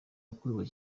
wakunzwe